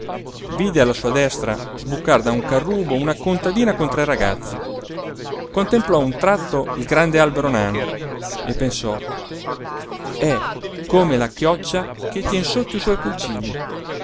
vide alla sua destra sbucar da un carrubo una contadina con tre ragazzi contemplò un tratto il grande albero nano e pensò è come la chioccia che tien sotto i suoi pulcini